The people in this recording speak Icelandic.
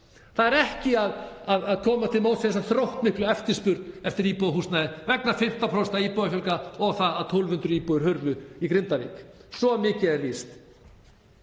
Það er ekki að koma til móts við þessa þróttmiklu eftirspurn eftir íbúðarhúsnæði vegna 15% íbúafjölgunar og vegna þess að 1.200 íbúðir hurfu í Grindavík, svo mikið er víst.